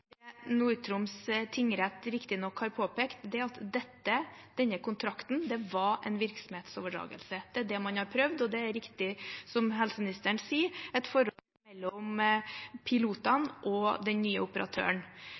tingrett riktignok har påpekt, er at dette, denne kontrakten, var en virksomhetsoverdragelse. Det er det man har prøvd, og det er riktig som helseministeren sier, at det er et forhold mellom pilotene og den nye operatøren.